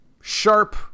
sharp